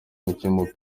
umukinnyi